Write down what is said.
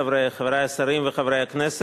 ואנחנו עוברים לתוצאות: בעד, 24, חמישה מתנגדים.